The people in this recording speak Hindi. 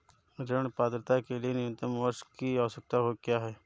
ऋण पात्रता के लिए न्यूनतम वर्ष की आवश्यकता क्या है?